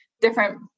different